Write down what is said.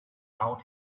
out